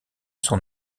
son